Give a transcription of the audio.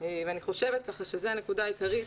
ואני חושבת שזאת נקודה עיקרית.